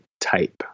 type